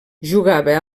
jugava